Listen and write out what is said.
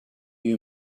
you